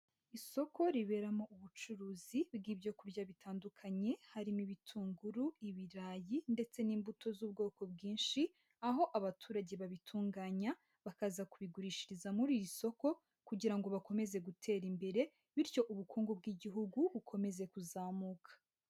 Isoko riberamo ubucuruzi bw'ibyo kurya bitandukanye harimo: ibitunguru, ibirayi ndetse n'imbuto z'ubwoko bwinshi aho abaturage babitunganya bakaza kubigurishiriza muri iri soko kugira ngo bakomeze gutera imbere bityo ubukungu bw'Igihugu bukomeze kuzamuka.